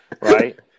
right